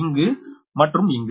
இங்கு மற்றும் இங்கு